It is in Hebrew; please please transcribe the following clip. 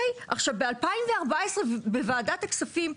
ב-2014 בוועדת הכספים,